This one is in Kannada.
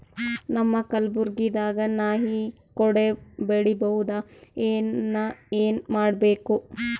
ನಮ್ಮ ಕಲಬುರ್ಗಿ ದಾಗ ನಾಯಿ ಕೊಡೆ ಬೆಳಿ ಬಹುದಾ, ಏನ ಏನ್ ಮಾಡಬೇಕು?